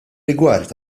rigward